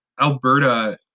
Alberta